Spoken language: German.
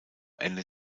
ende